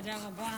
תודה רבה.